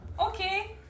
Okay